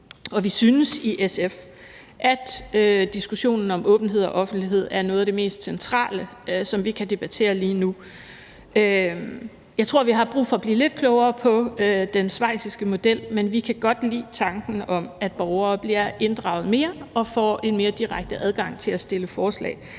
Vi synes i SF, at diskussionen om åbenhed og offentlighed er noget af det mest centrale, som vi kan debattere lige nu. Jeg tror, vi har brug for at blive lidt klogere på den schweiziske model, men vi kan godt lide tanken om, at borgere bliver inddraget mere og får en mere direkte adgang til at stille forslag.